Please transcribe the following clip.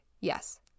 Yes